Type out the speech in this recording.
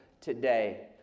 today